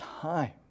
time